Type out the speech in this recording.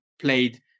played